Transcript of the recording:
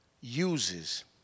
uses